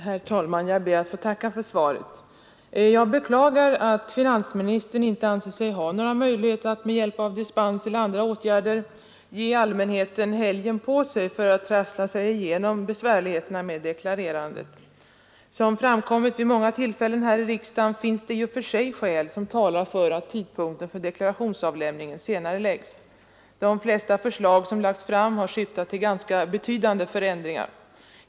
Herr talman! Jag ber att få tacka finansministern för svaret på min enkla fråga. Jag beklagar att finansministern inte anser sig ha några möjligheter att med hjälp av dispens eller andra åtgärder ge allmänheten helgen på sig för att trassla sig igenom besvärligheterna med deklarerandet. : Som framkommit vid många tillfällen här i riksdagen finns det i och för sig skäl som talar för att tidpunkten för deklarationsavlämningen senareläggs. De flesta förslag som lagts fram har syftat till ganska betydande förändringar.